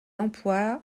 emploie